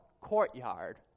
courtyard